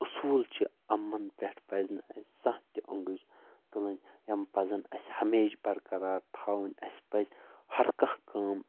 اصوٗل چھِ یِمن پٮ۪ٹھ پزِ نہٕ اسہِ تہِ زانٛہہ تہِ اوٚنگٕج تُلٕنۍ یم پزن اسہِ ہمیٚشہٕ برقرار تھاوٕنۍ اسہِ پزِ ہر کانہہ کٲم